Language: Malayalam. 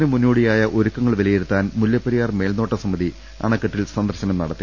കാലവർഷത്തിന് മുന്നോടിയായ ഒരുക്കങ്ങൾ വിലയിരുത്താൻ മുല്ലപ്പെരിയാർ മേൽനോട്ട സമിതി അണക്കെട്ടിൽ സന്ദർശനം നടത്തി